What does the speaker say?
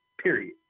Period